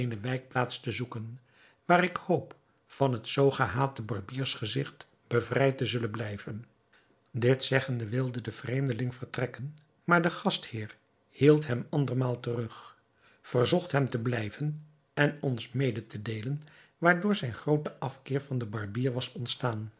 eene wijkplaats te zoeken waar ik hoop van het zoo gehate barbiersgezigt bevrijd te zullen blijven dit zeggende wilde de vreemdeling vertrekken maar de gastheer hield hem andermaal terug verzocht hem te blijven en ons mede te deelen waardoor zijn groote afkeer van den barbier was ontstaan